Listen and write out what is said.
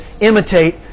imitate